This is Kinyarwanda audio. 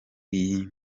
iyi